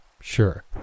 sure